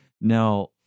now